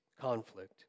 conflict